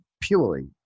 purely